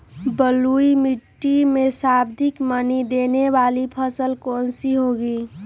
बलुई मिट्टी में सर्वाधिक मनी देने वाली फसल कौन सी होंगी?